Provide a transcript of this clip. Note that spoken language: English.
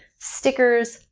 stickers,